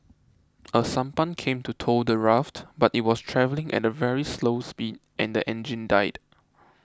a sampan came to tow the raft but it was travelling at a very slow speed and the engine died